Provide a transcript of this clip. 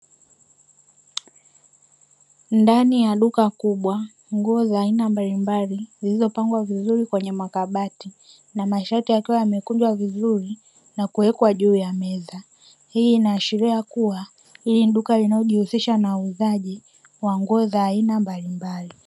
Ndani ya duka kubwa nguo za aina mbalimbali zilizopangwa vizuri kwenye makabati na masharti yakiwa yamekunjwa vizuri na kuwekwa juu ya meza , hii inaashiria kuwa, ili ni duka linaojihusisha na uuzaji wa nguo za aina mbalimbali.